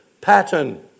Pattern